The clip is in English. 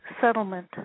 settlement